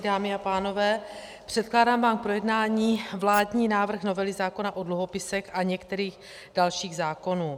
Dámy a pánové, předkládám vám k projednání vládní návrh novely zákona o dluhopisech a některých dalších zákonů.